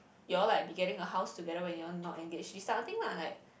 your all like be getting a house together when you all not engage this kind of thing lah like